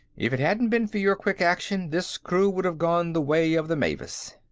if it hadn't been for your quick action, this crew would have gone the way of the mavis.